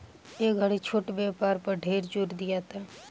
ए घड़ी छोट व्यापार पर ढेर जोर दियाता